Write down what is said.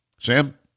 Sam